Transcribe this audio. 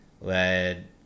led